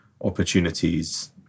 opportunities